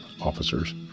Officers